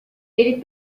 ele